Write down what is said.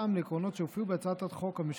יותאם לעקרונות שהופיעו בהצעת החוק הממשלתית.